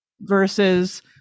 versus